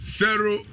zero